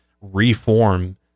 reform